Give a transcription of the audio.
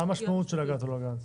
מה המשמעות של לגעת או לא לגעת?